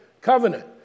covenant